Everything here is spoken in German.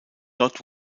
dort